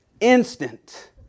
Instant